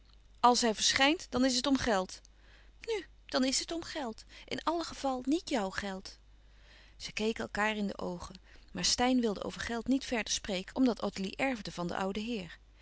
als hij verschijnt dan is het om geld nu dan is het om geld in alle geval niet jou geld zij keken elkaâr in de oogen maar steyn wilde over geld niet verder spreken omdat ottilie erfde van den ouden heer